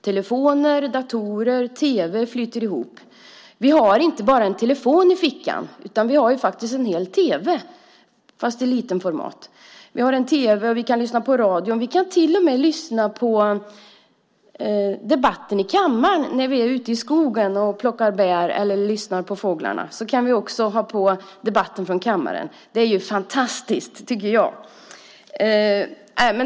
Telefoner, datorer och tv flyter ihop. Vi har inte bara en telefon i fickan. Vi har faktiskt en tv i litet format. Vi kan titta på tv och lyssna på radio. Vi kan till och med lyssna på debatten i kammaren när vi är ute i skogen och plockar bär eller lyssnar på fåglarna. Då kan vi ha på debatten från kammaren. Det är fantastiskt, tycker jag.